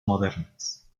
modernas